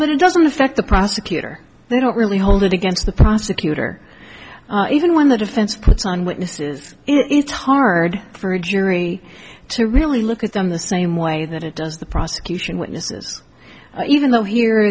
but it doesn't affect the prosecutor they don't really hold it against the prosecutor even when the defense puts on witnesses it's hard for a jury to really look at them the same way that it does the prosecution witnesses even though he